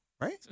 right